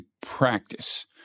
practice